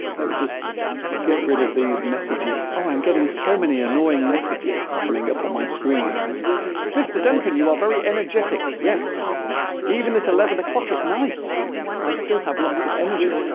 let me just get rid of these messages oh i'm getting so many annoying messages coming up on my screen mr. duncan you are very energetic yes even if eleven o'clock at night i still have lots of energy